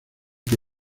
que